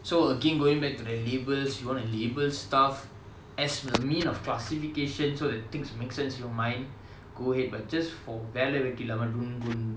so again going back to the labels you want to label stuff as a mean of classification so that things make sense in you mind go ahead but just for வேல வெட்டி இல்லாம:vela vetti illaama